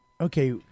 okay